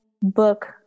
book